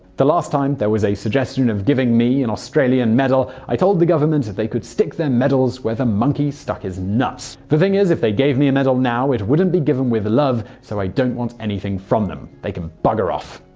the last time there was a suggestion of giving me an australian medal, i told the government they could stick their medals where the monkey stuck his nuts. the thing is if they gave me a medal now, it wouldn't be given with love so i don't want anything from them. they can bugger off!